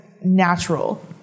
natural